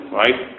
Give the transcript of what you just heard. right